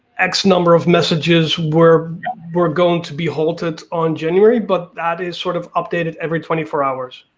x number of messages were were going to be halted on january. but that is sort of updated every twenty four hours.